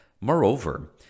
Moreover